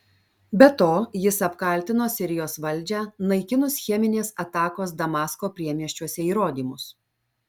be to jis apkaltino sirijos valdžią naikinus cheminės atakos damasko priemiesčiuose įrodymus